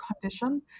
condition